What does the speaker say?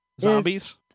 Zombies